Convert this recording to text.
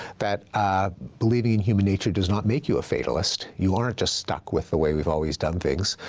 that believing in human nature does not make you a fatalist. you aren't just stuck with the way we've always done things,